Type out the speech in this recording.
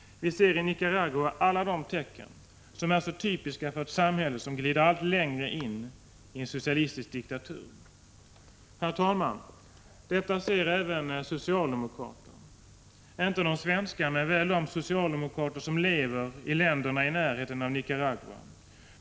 Vi ser i Nicaragua alla de tecken som är så typiska för ett samhälle som glider allt längre in i en socialistisk diktatur. Herr talman! Detta ser även socialdemokrater, inte de svenska men väl de socialdemokrater som lever i länderna i närheten av Nicaragua.